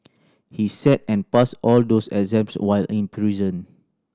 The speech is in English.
he sat and passed all those exams while in prison